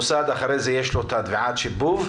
אחרי כן למוסד יש את תביעת השיבוב.